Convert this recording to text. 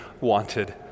wanted